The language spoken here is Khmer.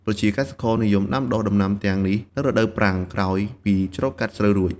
ប្រជាកសិករនិយមដាំដុះដំណាំទាំងនេះនៅរដូវប្រាំង ក្រោយពីច្រូតកាត់ស្រូវរួច។